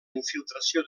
infiltració